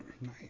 Nice